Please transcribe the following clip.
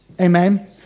Amen